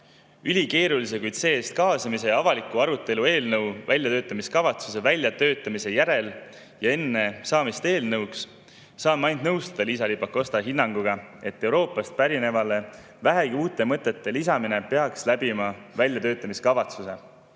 ülikeerulise avaliku arutelu eelnõu väljatöötamiskavatsuse väljatöötamise järel ja enne saamist eelnõuks saan ma ainult nõustuda Liisa-Ly Pakosta hinnanguga, et Euroopast pärinevale vähegi uute mõtete lisamine peaks läbima väljatöötamiskavatsuse,